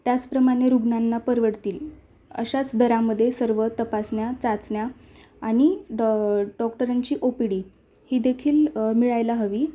त्याचप्रमाणे रुग्णांना परवडतील अशाच दरामध्ये सर्व तपासण्या चाचण्या आणि डॉ डॉक्टरांची ओ पी डी ही देखील मिळायला हवी